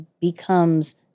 becomes